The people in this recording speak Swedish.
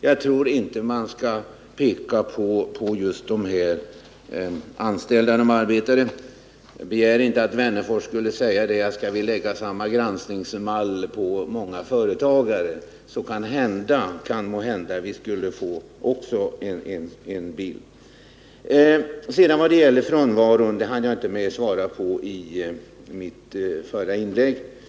Jag tror att man inte skall peka på just anställda och arbetare. Jag begär inte att Alf Wennerfors skall säga det, men skulle man lägga samma granskningsmall på många företag, kan det hända att man skulle få en liknande bild. Frånvaron hann jag inte ta upp i mitt föregående inlägg.